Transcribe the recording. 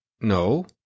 No